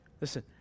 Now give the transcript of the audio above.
Listen